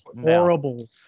horrible